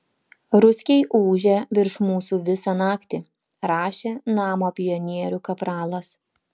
ruskiai ūžia virš mūsų visą naktį rašė namo pionierių kapralas